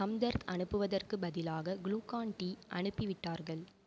ஹம்தர்த் அனுப்புவதற்குப் பதிலாக Glucon D அனுப்பிவிட்டார்கள்